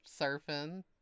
surfing